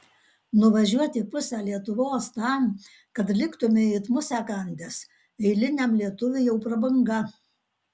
nuvažiuoti pusę lietuvos tam kad liktumei it musę kandęs eiliniam lietuviui jau prabanga